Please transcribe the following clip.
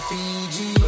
Fiji